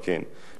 נוסף על כך,